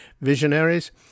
Visionaries